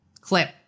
clip